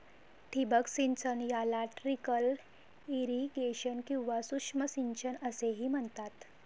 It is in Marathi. ठिबक सिंचन याला ट्रिकल इरिगेशन किंवा सूक्ष्म सिंचन असेही म्हणतात